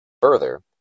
Further